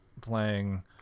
playing